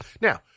Now